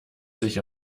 sich